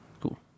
cool